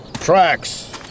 Tracks